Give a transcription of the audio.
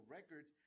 Records